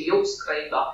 jau skraido